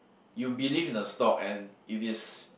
you believed in the stock and if is